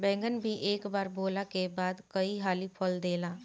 बैगन भी एक बार बोअला के बाद कई हाली फल देला